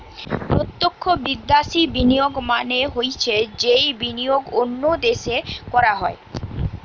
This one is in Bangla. প্রত্যক্ষ বিদ্যাশি বিনিয়োগ মানে হৈছে যেই বিনিয়োগ অন্য দেশে করা হয়